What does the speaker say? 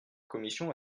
commission